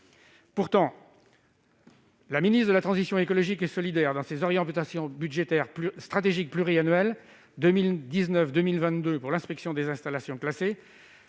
Pourtant, la ministre de la transition écologique et solidaire, dans ses orientations budgétaires stratégiques pluriannuelles 2019-2022 pour l'inspection des installations classées,